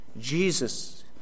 Jesus